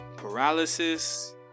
Paralysis